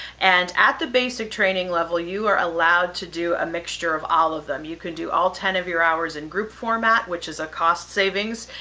and at the basic training level you are allowed to do a mixture of all of them. you can do all ten of your hours in group format which is a costs savings.